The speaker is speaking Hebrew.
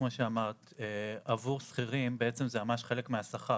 כמו שאמרת, עבור שכירים זה ממש חלק מהשכר.